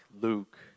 Luke